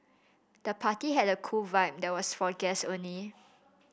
the party had a cool vibe but was for guests only